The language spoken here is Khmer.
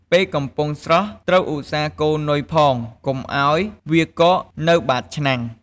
ពេលកំពុងស្រុះត្រូវ ឧស្សាហ៍កូរនុយផងកុំឱ្យវាកកនៅបាតឆ្នាំង។